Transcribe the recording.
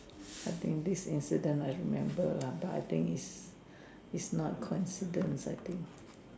I think this incident I remember lah but I think is is not coincidence I think